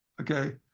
Okay